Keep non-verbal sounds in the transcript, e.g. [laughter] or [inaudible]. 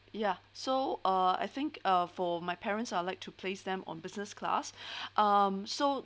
ya so uh I think uh for my parents I'd like to place them on business class [breath] um so